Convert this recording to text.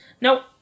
No